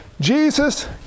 Jesus